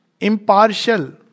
impartial